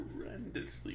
horrendously